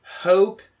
hope